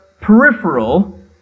peripheral